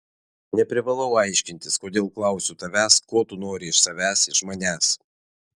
neprivalau aiškintis kodėl klausiu tavęs ko tu nori iš savęs iš manęs